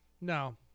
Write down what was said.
No